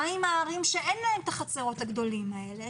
מה עם הערים שאין להם את החצרות הגדולות האלה,